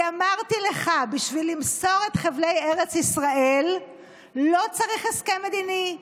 כי אמרתי לך: בשביל למסור את חבלי ארץ ישראל לא צריך הסכם מדיני,